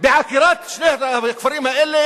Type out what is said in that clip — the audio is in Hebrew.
בעקירת שני הכפרים האלה?